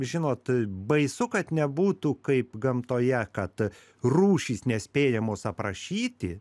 žinot baisu kad nebūtų kaip gamtoje kad rūšys nespėjamos aprašyti